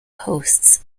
hosts